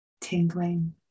tingling